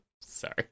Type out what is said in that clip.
Sorry